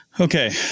Okay